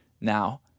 now